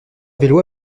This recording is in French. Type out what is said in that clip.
vélo